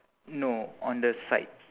no on the side